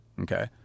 okay